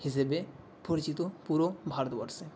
হিসেবে পরিচিত পুরো ভারতবর্ষে